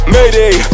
Mayday